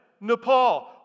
Nepal